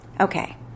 okay